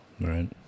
right